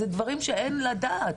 אלו דברים שאין לדעת.